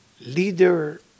leader